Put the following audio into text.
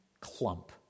clump